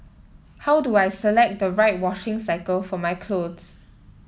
how do I select the right washing cycle for my clothes